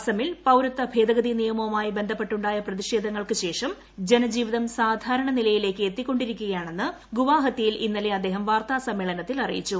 അസമിൽ പൌരത്വ ഭേദഗതി നിയമവുമായി ബന്ധപ്പെട്ടുണ്ടായ പ്രതിഷേധങ്ങൾക്ക് ശേഷം ജനജീവിതം സാധാരണനിലയിലേയ്ക്ക് എത്തിക്കൊണ്ടിരിക്കുകയാണെന്ന് ഗുവാഹത്തിയിൽ ഇന്നലെ അദ്ദേഹം വാർത്താ സമ്മേളനത്തിൽ അറിയിച്ചു